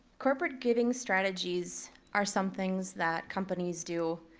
corporate giving strategies are some things that companies do.